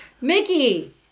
Mickey